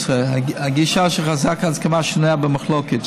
הגישה של חזקת ההסכמה שנויה במחלוקת.